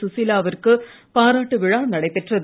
சுசீலா விற்கு பாராட்டு விழா நடைபெற்றது